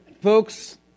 Folks